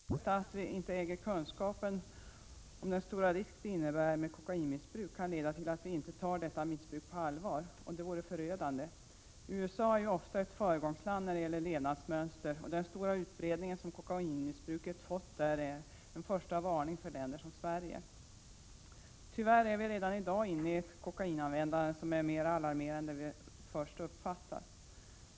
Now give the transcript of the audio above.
Herr talman! Jag ber att få tacka statsrådet för ett utförligt svar på min interpellation. De egna erfarenheterna bidrar ofta till det engagemang man får i olika frågor. Jag är helt övertygad om att det som socialministern upplevde i Kalifornien har satt spår i den hantering kokainproblemet fått. Just det faktum att vi inte äger kunskap om den stora risk kokainmissbruk innebär kan leda till att vi inte tar detta missbruk på allvar, och det vore förödande. USA är ju ofta ett föregångsland när det gäller levnadsmönster, och den stora utbredning som kokainmissbruket där fått är en första varning för länder som Sverige. Tyvärr förekommer redan i dag ett kokainanvändande som är mer alarmerande än man först uppfattar.